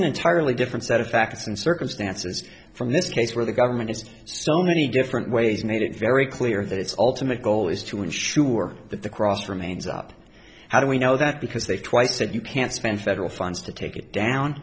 an entirely different set of facts and circumstances from this case where the government has so many different ways made it very clear that it's all to make goal is to ensure that the cross remains up how do we know that because they twice said you can't spend federal funds to take it down